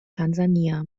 tansania